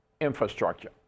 infrastructure